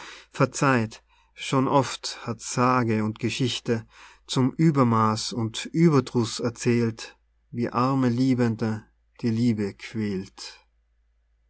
verzeiht schon oft hat sage und geschichte zum uebermaaß und ueberdruß erzählt wie arme liebende die liebe quält